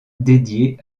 dédiée